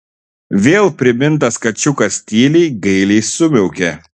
vėl primintas kačiukas tyliai gailiai sumiaukė